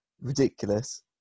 Ridiculous